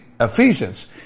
Ephesians